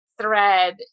thread